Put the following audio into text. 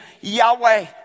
Yahweh